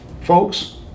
folks